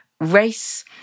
race